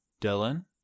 Dylan